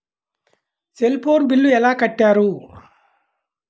Cell phone bill ఎలా కట్టారు?